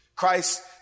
Christ